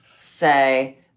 say